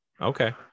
Okay